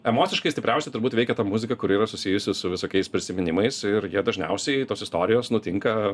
emociškai stipriausia turbūt veikia ta muzika kuri yra susijusi su visokiais prisiminimais ir jie dažniausiai tos istorijos nutinka